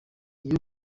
iyo